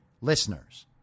listeners